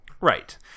Right